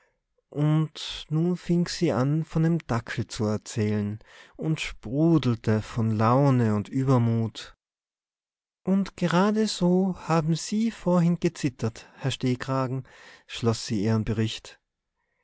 und nun fing sie an von dem dackel zu erzählen und sprudelte von laune und übermut und geradeso haben sie vorhin gezittert herr stehkragen schloß sie ihren bericht